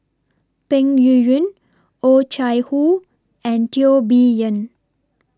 Peng Yuyun Oh Chai Hoo and Teo Bee Yen